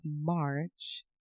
March